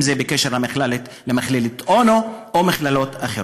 אם זה בקשר למכללת אונו או מכללות אחרות.